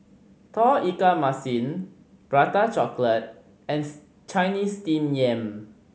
Tauge Ikan Masin Prata Chocolate and Chinese Steamed Yam